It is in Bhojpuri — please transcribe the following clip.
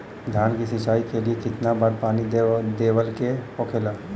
धान की सिंचाई के लिए कितना बार पानी देवल के होखेला?